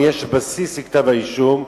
אם יש בסיס לכתב-האישום,